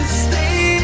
stay